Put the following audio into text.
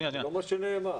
זה לא מה שנאמר.